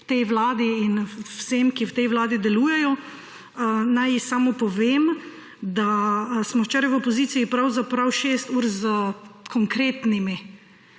tej vladi in vsem, ki v tej vladi delujejo. Naj samo povem, da smo včeraj v opoziciji pravzaprav šest ur s konkretnimi